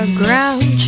ground